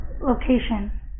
location